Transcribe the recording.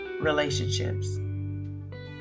relationships